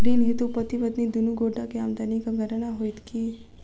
ऋण हेतु पति पत्नी दुनू गोटा केँ आमदनीक गणना होइत की?